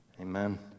amen